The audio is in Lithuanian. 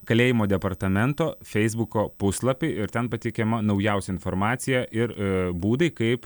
kalėjimo departamento feisbuko puslapį ir ten pateikiama naujausia informacija ir būdai kaip